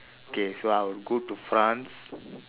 okay so I will go to france